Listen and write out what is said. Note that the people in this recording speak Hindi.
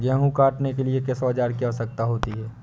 गेहूँ काटने के लिए किस औजार की आवश्यकता होती है?